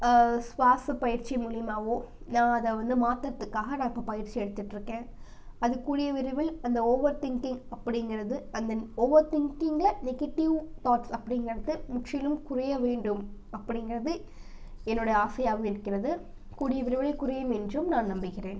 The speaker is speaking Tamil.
சுவாசப்பயிற்சி மூலயமாவும் நான் அதை வந்து மாற்றுறதுக்காக நான் இப்போது பயிற்சி எடுத்துகிட்ருக்கேன் அது கூடிய விரைவில் அந்த ஓவர் திங்கிங் அப்படிங்கிறது அந்த ஓவர் திங்கிங்கில் நெகட்டிவ் தாட்ஸ் அப்படிங்கிறது முற்றிலும் குறைய வேண்டும் அப்படிங்கிறது என்னோடய ஆசையாகவும் இருக்கிறது கூடிய விரைவில் குறையும் என்றும் நான் நம்புகிறேன்